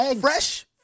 Fresh